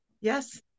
Yes